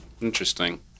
Interesting